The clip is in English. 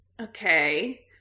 okay